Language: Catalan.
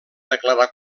declarar